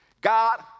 God